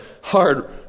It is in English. hard